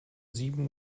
sieben